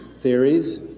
theories